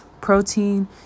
protein